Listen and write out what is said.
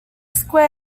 square